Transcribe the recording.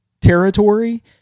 territory